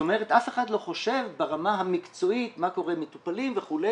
אף אחד לא חושב ברמה המקצועית מה קורה עם מטופלים וכו'.